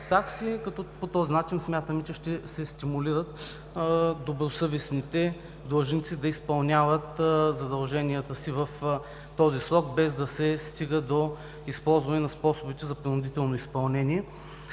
такси, като по този начин смятаме, че ще се стимулират добросъвестните длъжници да изпълняват задълженията си в този срок без да се стига до използване на способите за принудително изпълнение.